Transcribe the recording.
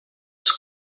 els